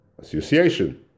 Association